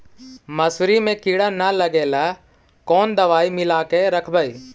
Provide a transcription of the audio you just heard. मसुरी मे किड़ा न लगे ल कोन दवाई मिला के रखबई?